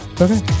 okay